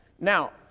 Now